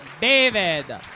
David